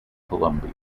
columbia